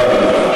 לא, לא.